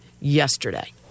yesterday